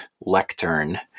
lectern